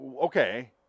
Okay